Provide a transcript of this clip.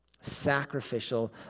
Sacrificial